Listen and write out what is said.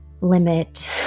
limit